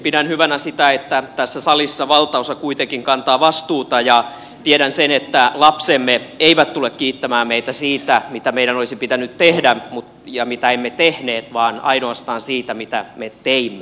pidän hyvänä sitä että tässä salissa valtaosa kuitenkin kantaa vastuuta ja tiedän sen että lapsemme eivät tule kiittämään meitä siitä mitä meidän olisi pitänyt tehdä ja mitä emme tehneet vaan ainoastaan siitä mitä me teimme